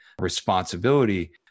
responsibility